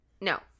No